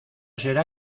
será